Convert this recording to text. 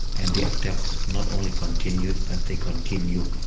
and the attacks not only continued, but they continue